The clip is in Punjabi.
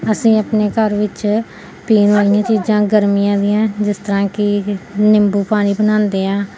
ਅਸੀਂ ਆਪਣੇ ਘਰ ਵਿੱਚ ਪੀਣ ਵਾਲੀਆਂ ਚੀਜ਼ਾਂ ਗਰਮੀਆਂ ਦੀਆਂ ਜਿਸ ਤਰ੍ਹਾਂ ਕਿ ਨਿੰਬੂ ਪਾਣੀ ਬਣਾਉਂਦੇ ਹਾਂ